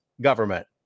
government